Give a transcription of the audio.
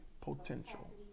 potential